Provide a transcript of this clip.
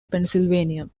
pennsylvania